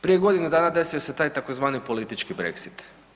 Prije godinu dana desio se taj tzv. politički brexit.